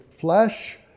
flesh